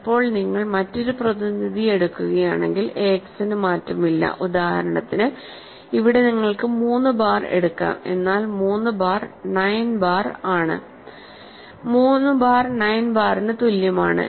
ഇപ്പോൾ നിങ്ങൾ മറ്റൊരു പ്രതിനിധി എടുക്കുകയാണെങ്കിൽ ax നു മാറ്റമില്ല ഉദാഹരണത്തിന് ഇവിടെ നിങ്ങൾക്ക് 3 ബാർ എടുക്കാം എന്നാൽ 3 ബാർ 9 ബാർ ആണ് 3 ബാർ 9 ബാറിന് തുല്യമാണ്